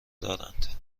دارند